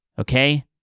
Okay